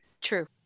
True